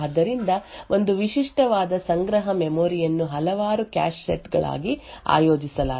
ಆದ್ದರಿಂದ ಒಂದು ವಿಶಿಷ್ಟವಾದ ಸಂಗ್ರಹ ಮೆಮೊರಿ ಯನ್ನು ಹಲವಾರು ಕ್ಯಾಶ್ ಸೆಟ್ ಗಳಾಗಿ ಆಯೋಜಿಸಲಾಗಿದೆ